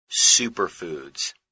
superfoods